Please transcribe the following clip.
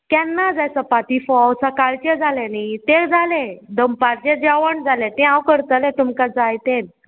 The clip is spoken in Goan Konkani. केन्ना जाय चपाती फोव सकाळचें जालें न्ही तें जालें दनपारचें जेवण जालें तें हांव करतलें तुमकां जायतेत